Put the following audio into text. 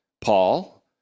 Paul